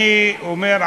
אני אומר,